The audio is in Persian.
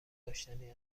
داشتنی